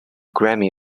grammy